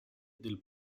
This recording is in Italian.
del